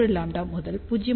3 λ முதல் 0